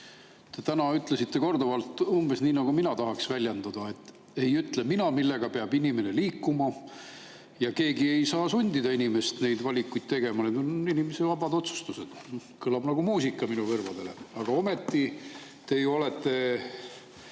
Te ütlesite täna korduvalt umbes nii, nagu mina tahaksin [ennast] väljendada: "Ei ütle mina, millega peab inimene liikuma, ja keegi ei saa sundida inimest neid valikuid tegema, need on inimese vabad otsustused." Kõlab nagu muusika minu kõrvadele! Aga ometi on nii teie